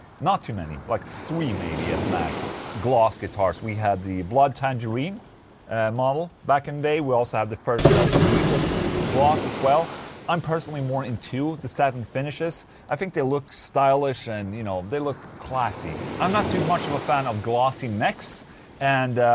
not too many like three maybe at max gloss guitars we had the blood tangerine and model back in the day we also had the first ltd, it was gloss as well i'm personally more into the satin finishes i think they look stylish and you know, they look classy. i'm not too much of a fan of glossy necks and.